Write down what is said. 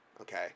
okay